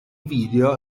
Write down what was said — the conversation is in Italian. video